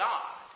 God